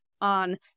on